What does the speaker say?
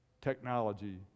technology